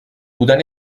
بودن